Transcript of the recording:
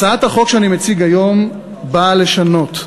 הצעת החוק שאני מציג היום באה לשנות,